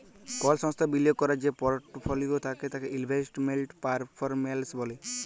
call সংস্থার বিলিয়গ ক্যরার যে পরটফলিও থ্যাকে তাকে ইলভেস্টমেল্ট পারফরম্যালস ব্যলে